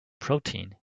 protein